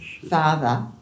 father